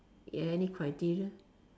any criteria